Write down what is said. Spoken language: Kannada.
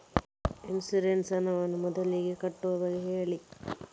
ಇನ್ಸೂರೆನ್ಸ್ ನ ಹಣವನ್ನು ಮೊದಲಿಗೆ ಕಟ್ಟುವ ಬಗ್ಗೆ ಹೇಳಿ